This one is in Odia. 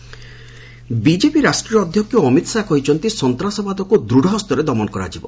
ଶାହା ଟେରୋରିଜିମ୍ ବିଜେପି ରାଷ୍ଟ୍ରୀୟ ଅଧ୍ୟକ୍ଷ ଅମିତ ଶାହା କହିଛନ୍ତି ସନ୍ତାସବାଦକୁ ଦୃତ୍ ହସ୍ତରେ ଦମନ କରାଯିବ